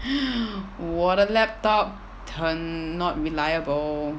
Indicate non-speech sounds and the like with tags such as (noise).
(breath) 我的 laptop 很 not reliable